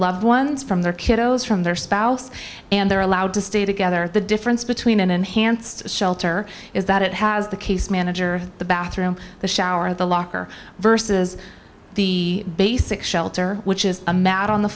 loved ones from their kiddos from their spouse and they're allowed to stay together the difference between an enhanced shelter is that it has the case manager the bathroom the shower the locker versus the basic shelter which is a matter on the